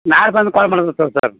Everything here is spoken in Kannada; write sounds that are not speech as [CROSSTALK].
ನಾಳೆ ಬಂದು ಕಾಲ್ ಮಾಡುತ್ತೆ [UNINTELLIGIBLE] ಸರ್